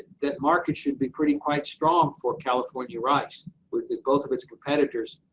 that market should be pretty, quite strong for california rice with both of its competitors,